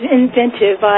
inventive